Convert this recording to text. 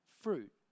Fruit